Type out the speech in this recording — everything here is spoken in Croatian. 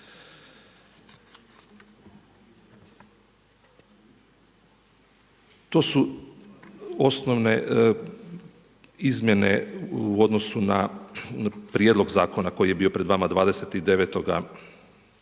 To su osnovne izmjene u odnosu na Prijedlog zakona koji je bio pred vama 29. lipnja